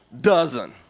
dozen